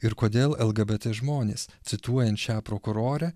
ir kodėl lgbt žmonės cituojant šią prokurorę